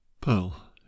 Pearl